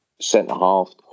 centre-half